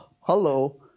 hello